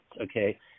okay